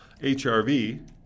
HRV